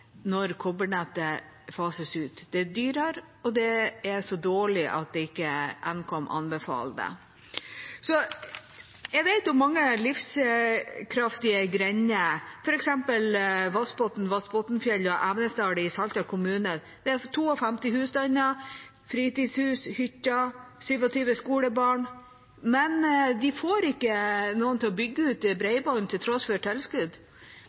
når kobbernettet fases ut. Det er dyrere, og det er så dårlig at Nkom ikke anbefaler det. Jeg vet om mange livskraftige grender – f.eks. Vassbotn, Vassbotnfjell og Evenesdalen i Saltdal kommune, der det er 52 husstander, fritidshus, hytter, 27 skolebarn – som ikke får noen til å bygge ut bredbåndet til tross for tilskudd.